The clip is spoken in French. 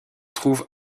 trouve